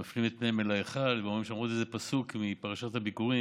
הם מפנים את פניהם אל ההיכל ואומרים שם עוד פסוק מפרשת הביכורים: